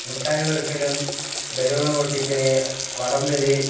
മിഠായി പെറുക്കലും ബലൂണ് പൊട്ടിക്കൽ വടംവലി